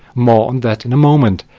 more on that in a moment,